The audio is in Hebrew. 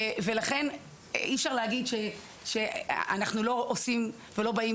ולכן אי אפשר להגיד שאנחנו לא עושים ולא באים